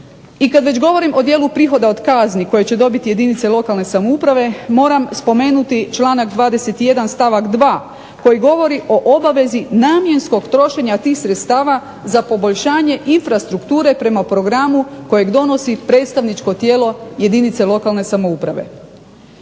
I kad već govorim o dijelu prihoda od kazni koji će dobiti jedinice lokalne samouprave moram spomenuti članak 21. stavak 2. koji govori o obavezi namjenskog trošenja tih sredstava za poboljšanje infrastrukture prema programu kojeg donosi predstavničko tijelo jedinice lokalne samouprave.